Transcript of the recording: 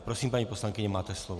Prosím, paní poslankyně, máte slovo.